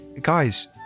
Guys